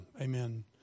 amen